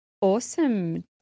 Awesome